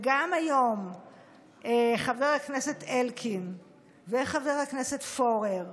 גם היום חבר הכנסת אלקין וחבר הכנסת פורר,